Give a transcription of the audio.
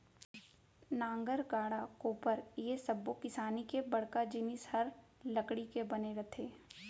नांगर, गाड़ा, कोपर ए सब्बो किसानी के बड़का जिनिस हर लकड़ी के बने रथे